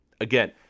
again